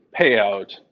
payout